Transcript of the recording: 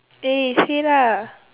eh say lah